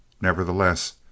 Nevertheless